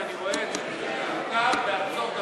ואני רואה את זה: מותר בארצות-הברית,